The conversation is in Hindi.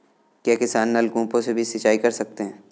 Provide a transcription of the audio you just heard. क्या किसान नल कूपों से भी सिंचाई कर सकते हैं?